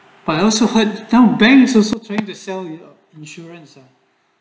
but I also heard don't banks are switching the cellular insurance lah